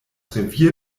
revier